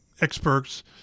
experts